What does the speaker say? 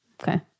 Okay